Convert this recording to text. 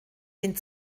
den